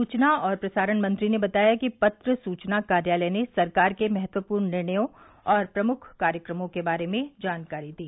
सूचना और प्रसारण मंत्री ने बताया कि पत्र सूचना कार्यालय ने सरकार के महत्वपूर्ण निर्णयों और प्रमुख कार्यक्रमों के बारे में जानकारी दी